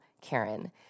Karen